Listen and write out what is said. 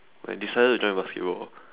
I decided to join basketball